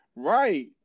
Right